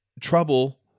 trouble